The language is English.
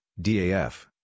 DAF